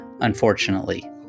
unfortunately